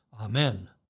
Amen